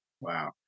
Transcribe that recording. Wow